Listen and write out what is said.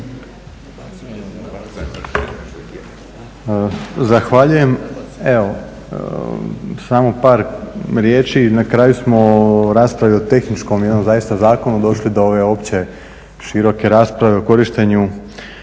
Zahvaljujem. Evo, samo par riječi. Na kraju smo rasprave o tehničkom i …/Govornik se ne razumije./… došli do ove opće široke rasprave o korištenju